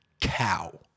cow